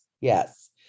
yes